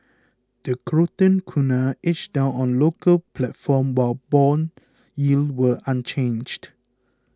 the Croatian kuna edged down on the local platform while bond yields were unchanged